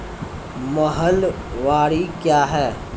महलबाडी क्या हैं?